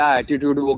attitude